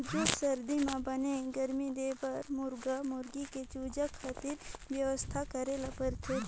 जूड़ सरदी म बने गरमी देबर मुरगा मुरगी के चूजा खातिर बेवस्था करे ल परथे